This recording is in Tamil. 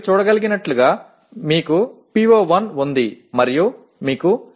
POக்கள் மற்றும் PSOக்கள் இங்கு விரிவுபடுத்தப்படுகின்றன